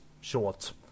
short